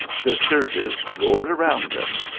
the surges roared round them,